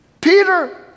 Peter